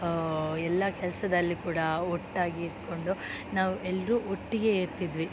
ಎಲ್ಲ ಕೆಲಸದಲ್ಲಿ ಕೂಡಾ ಒಟ್ಟಾಗಿ ಇದ್ದುಕೊಂಡು ನಾವು ಎಲ್ಲರು ಒಟ್ಟಿಗೆ ಇರ್ತಿದ್ವಿ